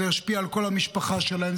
זה ישפיע על כל המשפחה שלהם,